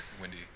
Wendy